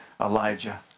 Elijah